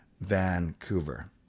Vancouver